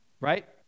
Right